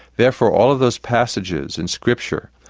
therefore, all of those passages in scripture,